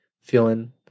feeling